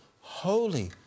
holy